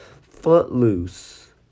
Footloose